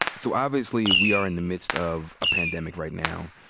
so obviously we are in the midst of a pandemic right now.